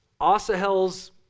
Asahel's